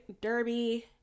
derby